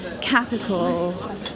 capital